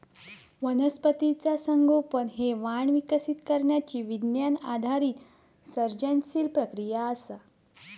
वनस्पतीचा संगोपन हे वाण विकसित करण्यची विज्ञान आधारित सर्जनशील प्रक्रिया असा